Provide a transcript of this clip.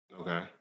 Okay